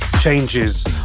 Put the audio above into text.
Changes